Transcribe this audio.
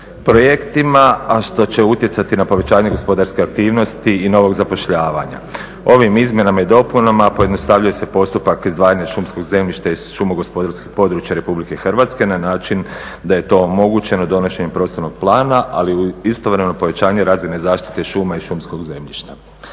projektima, a što će utjecati na povećanje gospodarske aktivnosti i novog zapošljavanja. Ovim izmjenama i dopunama pojednostavljuje se postupak izdvajanja šumskog zemljišta iz šumogospodarskih područja RH na način da je to omogućeno donošenjem prostornog plana, ali istovremeno povećanje razine zaštite šuma i šumskog zemljišta.